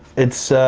it's